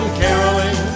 caroling